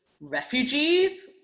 refugees